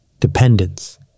Dependence